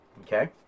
Okay